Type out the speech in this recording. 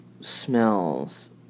smells